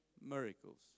miracles